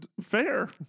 Fair